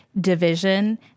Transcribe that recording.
Division